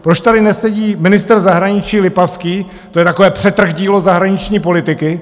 Proč tady nesedí ministr zahraničí Lipavský, to je takové přetrhdílo zahraniční politiky...